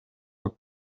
were